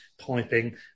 piping